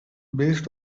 based